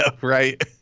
right